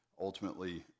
ultimately